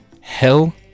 Hell